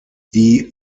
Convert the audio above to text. die